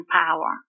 power